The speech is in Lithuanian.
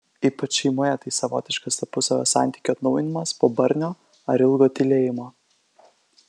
ypač šeimoje tai savotiškas tarpusavio santykių atnaujinimas po barnio ar ilgo tylėjimo